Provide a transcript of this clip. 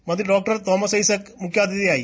മന്ത്രി തോമസ് ഐസക് മുഖ്യതിഥിയായി